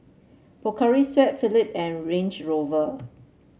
Pocari Sweat Phillip and Range Rover